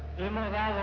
loma de